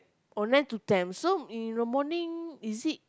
oh nine to ten so in the morning is it